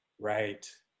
Right